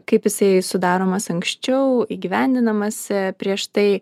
kaip jisai sudaromas anksčiau įgyvendinamas prieš tai